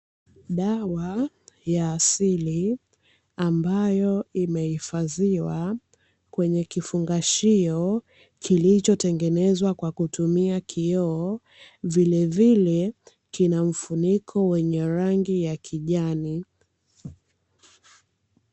Dawa ya asili ambayo imehifadhiwa kwenye kifungashio kilichotengenezwa kwa kutumia kioo, vile vile kina mfuniko wa rangi ya kijani.